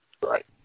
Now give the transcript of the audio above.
Right